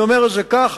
אני אומר את זה כך,